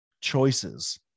choices